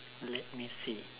let me see